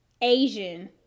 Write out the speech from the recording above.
Asian